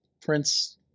Prince –